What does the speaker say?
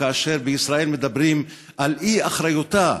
כאשר בישראל מדברים על אי-אחריותה,